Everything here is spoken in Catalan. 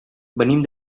venim